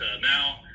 now